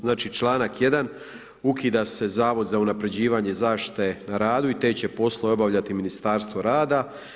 Znači, članak 1. ukida se Zavod za unapređivanje zaštite na radu i te će poslove obavljati Ministarstvo rada.